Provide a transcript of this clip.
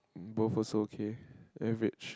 both also okay average